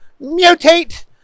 mutate